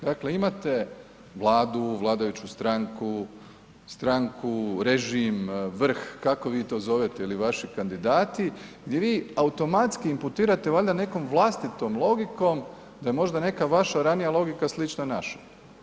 Dakle, imate Vladu, vladajuću stranku, stranku, režim, vrh, kako vi to zovete ili vaši kandidati di vi automatski imputirate valjda nekom vlastitom logikom da je možda neka vaša ranija logika slična našoj.